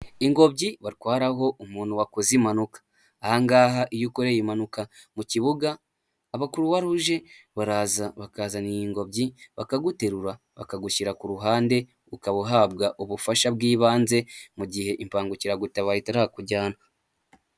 Ingobyi batwaraho umuntu wakoze impanuka. Aha ngaha iyo ukoreye impanuka mu kibuga, abakuruwaruje baraza bakazana iyi ingobyi, bakaguterura , bakagushyira ku ruhande, ukaba uhabwa ubufasha bw'ibanze mu gihe imbangukiragutabara itarakujyana.